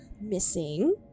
missing